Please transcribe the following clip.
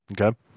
Okay